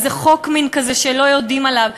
איזה חוק כזה שלא יודעים עליו,